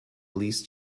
least